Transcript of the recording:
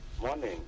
Morning